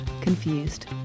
Confused